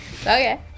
Okay